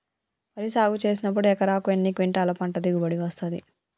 వరి సాగు చేసినప్పుడు ఎకరాకు ఎన్ని క్వింటాలు పంట దిగుబడి వస్తది?